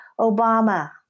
Obama